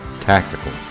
Tactical